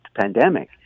pandemic